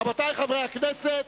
רבותי חברי הכנסת,